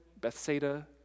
Bethsaida